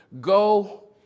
go